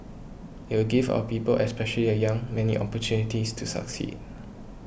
it will give our people especially the young many opportunities to succeed